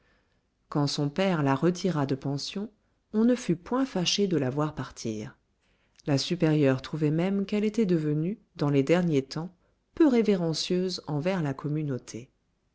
quand son père la retira de pension on ne fut point fâché de la voir partir la supérieure trouvait même qu'elle était devenue dans les derniers temps peu révérencieuse envers la communauté